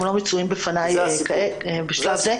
הם לא מצויים אצלי בשלב זה.